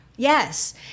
Yes